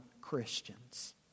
Christians